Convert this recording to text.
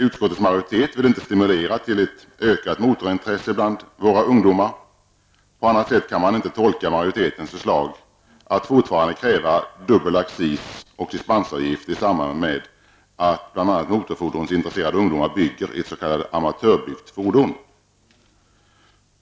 Utskottets majoritet vill inte stimulera till ett ökat motorintresse bland våra ungdomar. På annat sätt kan man inte tolka majoritetens förslag att fortfarande kräva dubbel accis och dispensavgift i samband med att bl.a. motorfordonsintresserade ungdomar bygger ett s.k. amatörbyggt fordon.